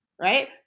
right